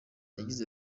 yagize